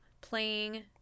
playing